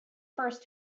first